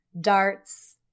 Darts